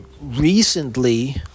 recently